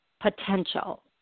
potential